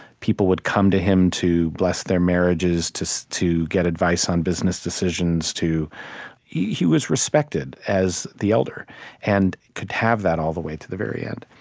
people would come to him to bless their marriages, to so to get advice on business decisions yeah he was respected as the elder and could have that all the way to the very end.